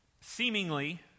seemingly